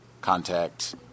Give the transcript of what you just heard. contact